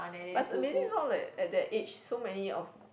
but it's amazing how like at that age so many of